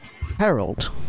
Harold